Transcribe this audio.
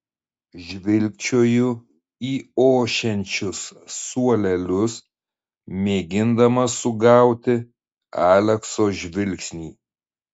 žvilgčioju į ošiančius suolelius mėgindama sugauti alekso žvilgsnį